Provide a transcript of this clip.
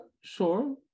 sure